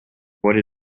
what